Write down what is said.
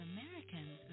Americans